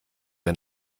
ein